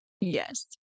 Yes